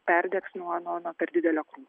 perdegs nuo nuo nuo per didelio krūvio